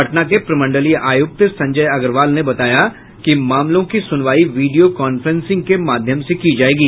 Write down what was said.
पटना के प्रमंडलीय आयुक्त संजय अग्रवाल ने बताया कि मामलों की सुनवाई वीडियो कांफ्रेंसिंग के माध्यम से की जायेगी